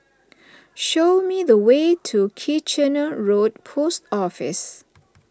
show me the way to Kitchener Road Post Office